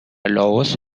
لائوس